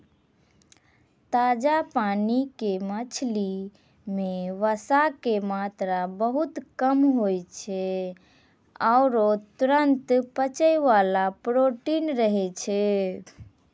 ताजा पानी के मछली मॅ वसा के मात्रा बहुत कम होय छै आरो तुरत पचै वाला प्रोटीन रहै छै